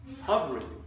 hovering